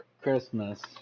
Christmas